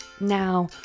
Now